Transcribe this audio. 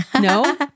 No